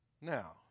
Now